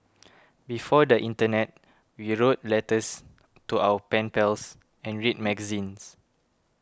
before the internet we wrote letters to our pen pals and read magazines